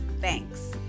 Thanks